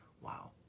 wow